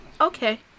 Okay